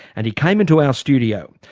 and he came into our studio,